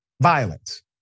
violence